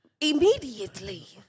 Immediately